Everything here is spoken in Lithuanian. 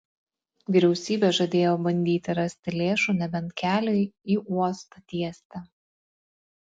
vyriausybė žadėjo bandyti rasti lėšų nebent keliui į uostą tiesti